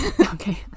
Okay